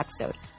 episode